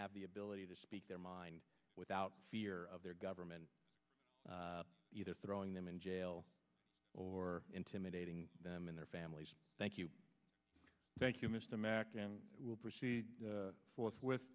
have the ability to speak their mind without fear of their government either throwing them in jail or intimidating them and their families thank you thank you mr mack and we will proceed forthwith